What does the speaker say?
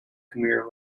khmer